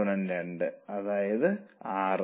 5 x അതായത് 4